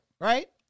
right